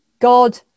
God